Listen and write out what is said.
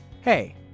Hey